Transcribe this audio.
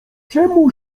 czemu